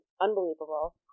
unbelievable